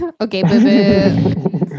Okay